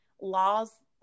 laws